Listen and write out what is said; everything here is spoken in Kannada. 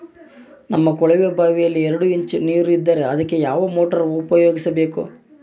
ನಮ್ಮ ಕೊಳವೆಬಾವಿಯಲ್ಲಿ ಎರಡು ಇಂಚು ನೇರು ಇದ್ದರೆ ಅದಕ್ಕೆ ಯಾವ ಮೋಟಾರ್ ಉಪಯೋಗಿಸಬೇಕು?